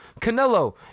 Canelo